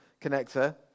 connector